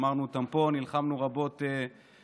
אמרנו אותם פה, נלחמנו רבות בוועדה.